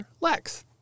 Lex